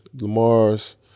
Lamar's